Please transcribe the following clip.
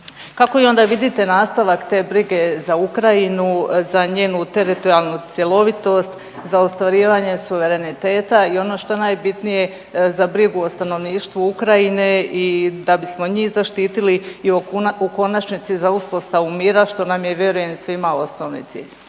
Kako i onda vidite nastavak te brige za Ukrajinu, za njenu teritorijalnu cjelovitost, za ostvarivanje suvereniteta i ono što je najbitnije za brigu o stanovništvu Ukrajine i da bismo njih zaštitili i u konačnici za uspostavu mira što nam je vjerujem svima osnovni cilj?